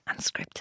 Unscripted